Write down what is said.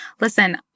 Listen